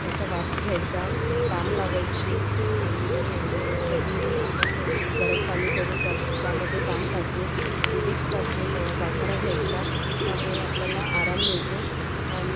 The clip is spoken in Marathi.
त्याचा वाफ घ्यायचा बाम लावायची आणि कधी आपण गरम पाणी करून त्यास त्यामध्ये बाम टाकून कधी विक्स टाकून वाफारा घ्यायचा त्यामुळे आपल्याला आराम मिळतो आणि